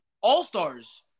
all-stars